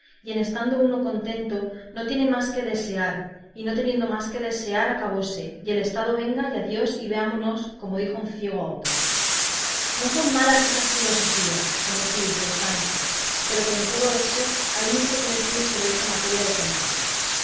en estando uno contento no tiene más que desear y no teniendo más que desear acabóse y el estado venga y a dios y veámonos como dijo un ciego a otro no son malas filosofías ésas como tú dices sancho pero con todo eso hay mucho que decir sobre esta materia de condados